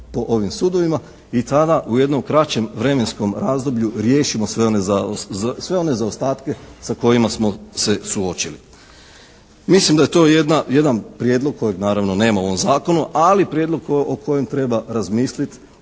po ovim sudovima i tada u jednom kraćem vremenskom razdoblju riješimo sve one zaostatke sa kojima smo se suočili. Mislim da je to jedan prijedlog kojeg naravno nema u ovom zakonu ali prijedlog o kojem treba razmislit